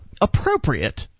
appropriate